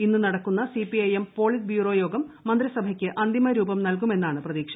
ഇന്ന് നടക്കുന്ന CPI M politburo യോഗം മന്ത്രിസഭയ്ക്ക് അന്തിമരൂപം നൽകുമെന്നാണ് പ്രതീക്ഷ